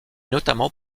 notamment